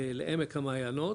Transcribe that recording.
לעמק המעיינות,